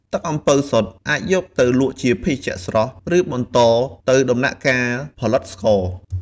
ទឹកអំពៅសុទ្ធអាចយកទៅលក់ជាភេសជ្ជៈស្រស់ ឬបន្តទៅដំណាក់កាលផលិតស្ករ។